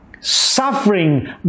suffering